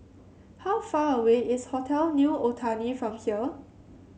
how far away is Hotel New Otani from here